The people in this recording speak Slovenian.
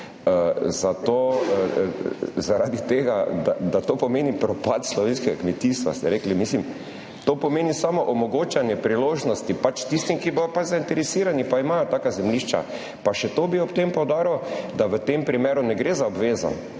Rekli ste, da to pomeni propad slovenskega kmetijstva, ampak to pomeni samo omogočanje priložnosti tistim, ki bodo zainteresirani in imajo taka zemljišča. Pa še to bi ob tem poudaril, da v tem primeru ne gre za obvezo,